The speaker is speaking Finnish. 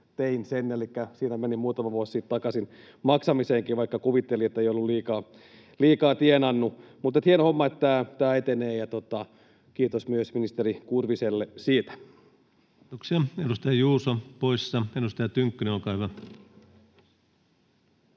tein sen, elikkä siinä meni muutama vuosi sitten takaisin maksamiseenkin, vaikka kuvitteli, ettei ollut liikaa tienannut. Hieno homma, että tämä etenee, ja kiitos myös ministeri Kurviselle siitä. [Speech 101] Speaker: Ensimmäinen varapuhemies